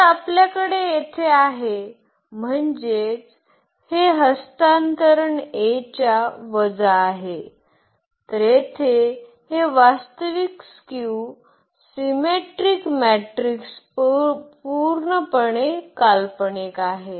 तर आपल्याकडे येथे आहे म्हणजेच हे हस्तांतरण A च्या वजा आहे तर येथे हे वास्तविक स्क्यू सिमेट्रिक मॅट्रिक्स पूर्णपणे काल्पनिक आहेत